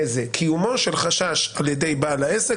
קיומו של חשש על ידי בעל העסק,